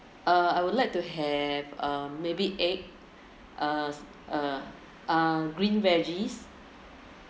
I would like to have uh maybe egg uh uh uh green veggies